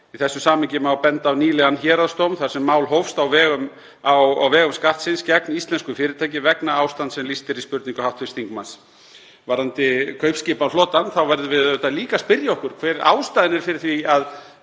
Í þessu samhengi má benda á nýlegan héraðsdóm þar sem mál hófst á vegum Skattsins gegn íslensku fyrirtæki vegna ástands sem lýst er í spurningu hv. þingmanns. Varðandi kaupskipaflotann verðum við líka að spyrja okkur hver ástæðan er fyrir því að